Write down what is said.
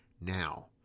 now